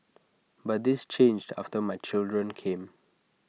but this changed after my children came